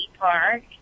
park